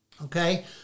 Okay